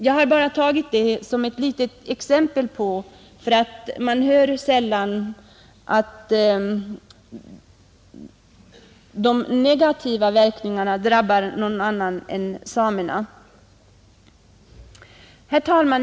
Jag har tagit detta som ett litet exempel därför att man sällan hör att de negativa verkningarna drabbar någon annan än samerna. Herr talman!